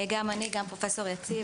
גם אני וגם פרופ' יציב.